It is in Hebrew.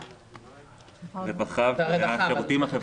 הרווחה והשירותים החברתיים.